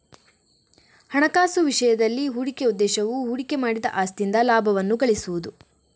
ಹಣಕಾಸು ವಿಷಯದಲ್ಲಿ, ಹೂಡಿಕೆಯ ಉದ್ದೇಶವು ಹೂಡಿಕೆ ಮಾಡಿದ ಆಸ್ತಿಯಿಂದ ಲಾಭವನ್ನು ಗಳಿಸುವುದು